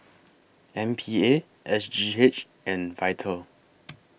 M P A S G H and Vital